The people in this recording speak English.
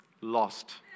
Lost